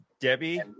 debbie